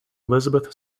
elizabeth